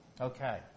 Okay